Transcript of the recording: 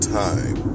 time